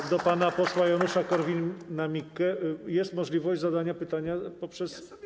A do pana posła Janusza Korwin-Mikkego: jest możliwość zadania pytania poprzez.